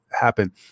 happen